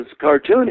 cartooning